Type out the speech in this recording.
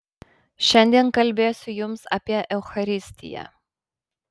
šiandien kalbėsiu jums apie eucharistiją